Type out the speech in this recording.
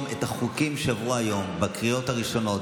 את החוקים שעברו היום בקריאה הראשונה,